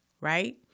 right